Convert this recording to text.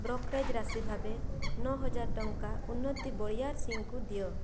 brokerage ରାଶି ଭାବେ ନଅହଜାର ଟଙ୍କା ଉନ୍ନତି ବଳିଆରସିଂହଙ୍କୁ ଦିଅ